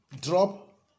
drop